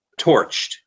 torched